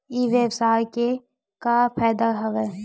ई व्यवसाय के का का फ़ायदा हवय?